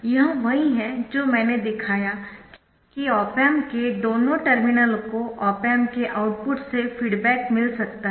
यह वही है जो मैंने दिखाया कि ऑप एम्प के दोनों टर्मिनलों को ऑप एम्प के आउटपुट से फीडबैक मिल सकता है